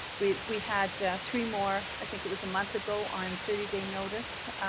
we we had three more i think it was a month ago on thirty day notice.